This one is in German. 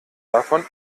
davon